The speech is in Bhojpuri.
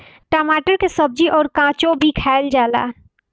टमाटर के सब्जी अउर काचो भी खाएला जाला